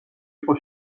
იყო